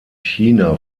china